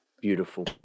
Beautiful